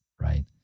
right